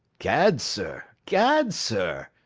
gad, sir! gad, sir!